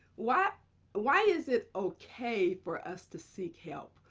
why why is it ok for us to seek help?